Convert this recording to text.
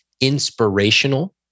inspirational